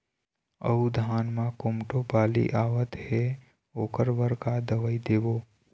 अऊ धान म कोमटो बाली आवत हे ओकर बर का दवई देबो?